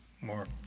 more